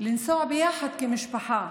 לנסוע ביחד כמשפחה,